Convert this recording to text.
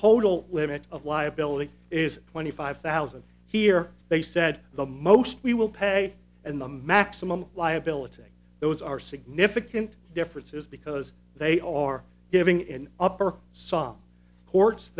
total limit of liability is twenty five thousand here they said the most we will pay and the maximum liability those are significant differences because they all are giving an upper song courts